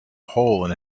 hole